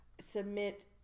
submit